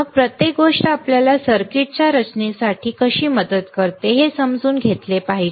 मग प्रत्येक गोष्ट आपल्याला सर्किटच्या रचनेसाठी कशी मदत करते हे समजून घेतले पाहिजे